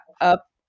up